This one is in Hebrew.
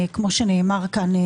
כמו שנאמר כאן,